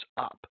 up